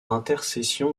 intercession